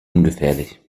ungefährlich